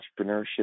entrepreneurship